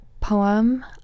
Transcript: poem